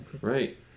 Right